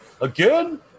Again